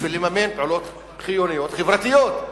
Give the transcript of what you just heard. בשביל לממן פעולות חיוניות, חברתיות.